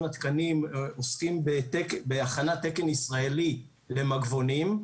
התקנים עוסקים בהכנת תקן ישראלי למגבונים,